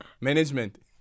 Management